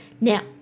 now